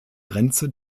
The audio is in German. grenze